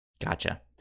Gotcha